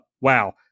Wow